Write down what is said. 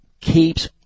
keeps